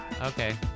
Okay